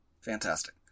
Fantastic